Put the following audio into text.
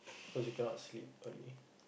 cause you cannot sleep early